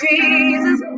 Jesus